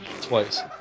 Twice